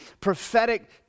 prophetic